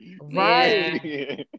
Right